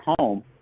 home